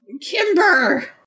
Kimber